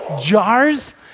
jars